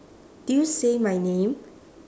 did you say my name